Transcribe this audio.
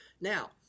Now